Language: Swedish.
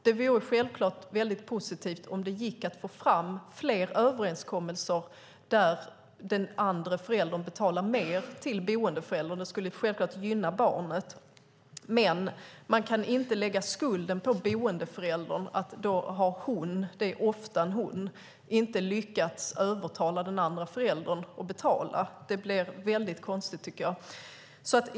Det vore självklart positivt om det gick att få fram fler överenskommelser där den andra föräldern betalar mer till boendeföräldern. Det skulle självklart gynna barnet. Men man kan inte lägga skulden på boendeföräldern för att hon - det är ofta en hon - inte har lyckats övertala den andra föräldern att betala. Det blir väldigt konstigt, tycker jag.